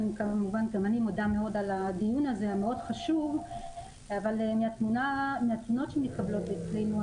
גם אני מודה מאוד על הדיון המאוד חשוב הזה אבל מהתלונות שמתקבלות אצלנו,